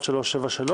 התשפ״א-2020 (מ/1373),